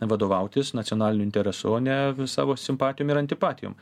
vadovautis nacionaliniu interesu o ne savo simpatijom ir antipatijom